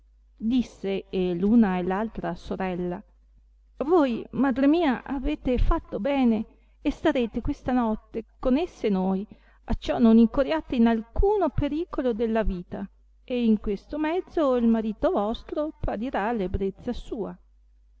disse e l una e l altra sorella voi madre mia avete fatto bene e starete questa notte con esse noi acciò non incorriate in alcuno pericolo della vita e in questo mezzo il marito vostro pagherà ebbrezza sua